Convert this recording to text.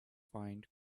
find